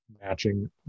matching